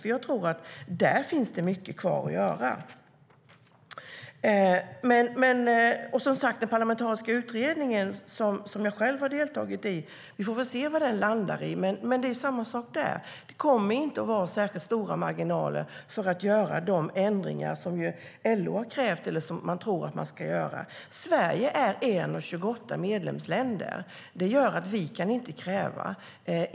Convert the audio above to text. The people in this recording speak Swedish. Där tror jag att det finns mycket kvar att göra. Vi får väl se vad den parlamentariska utredningen som jag själv har deltagit i landar i, men det är samma sak där: Det kommer inte att finnas särskilt stora marginaler för att göra de ändringar som LO har krävt eller som regeringen tror att man ska kunna göra. Sverige är ett av 28 medlemsländer. Det gör att vi inte kan ställa krav.